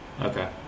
Okay